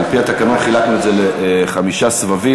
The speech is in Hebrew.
על-פי התקנות חילקנו את זה לחמישה סבבים.